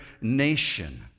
nation